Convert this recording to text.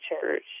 Church